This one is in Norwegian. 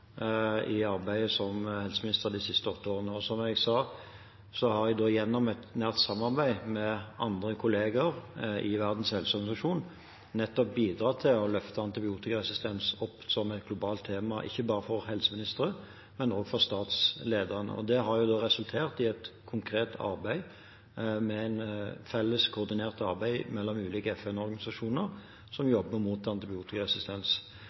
i arbeidet som helseminister de siste åtte årene. Som jeg sa, har jeg gjennom et nært samarbeid med andre kollegaer i Verdens helseorganisasjon bidratt til nettopp å løfte antibiotikaresistens som et globalt tema, ikke bare for helseministre, men også for statsledere. Det har resultert i et konkret arbeid, et felles koordinert arbeid mellom ulike FN-organisasjoner som jobber mot